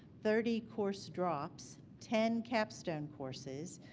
thirty course drops, ten capstone courses,